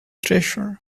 treasure